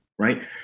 Right